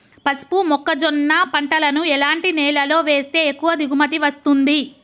పసుపు మొక్క జొన్న పంటలను ఎలాంటి నేలలో వేస్తే ఎక్కువ దిగుమతి వస్తుంది?